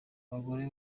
abagore